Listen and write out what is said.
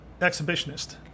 exhibitionist